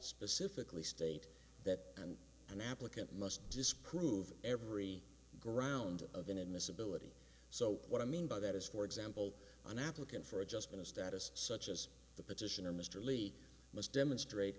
specifically state that and an applicant must disprove every ground of an in this ability so what i mean by that is for example an applicant for adjustment of status such as the petitioner mr lee must demonstrate